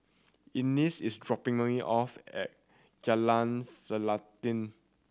Eunice is dropping me off at Jalan Selanting